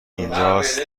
اینجاست